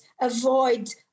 avoid